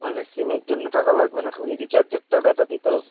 মানে সিমের জন্যে টাকা লাগবে না খালি রিচার্জের টাকাটা দিতে হবে